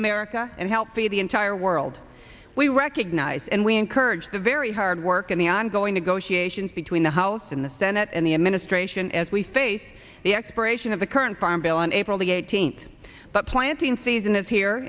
america and healthy the entire world we recognize and we encourage the very hard work in the ongoing negotiations between the house in the senate and the administration as we face the expiration of the current farm bill on april the eighteenth but planting season is here